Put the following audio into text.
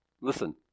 Listen